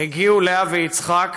הגיעו לאה ויצחק,